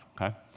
okay